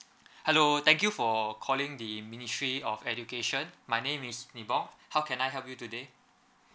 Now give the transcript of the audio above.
hello thank you for calling the ministry of education my name is nibong how can I help you today